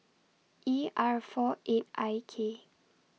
E R four eight I K